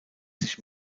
sich